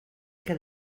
que